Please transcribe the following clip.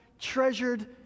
treasured